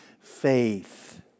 Faith